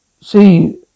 see